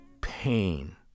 pain